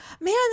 man